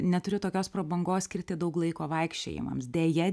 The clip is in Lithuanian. neturiu tokios prabangos skirti daug laiko vaikščiojimams deja